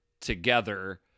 together